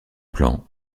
plan